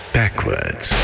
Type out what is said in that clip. backwards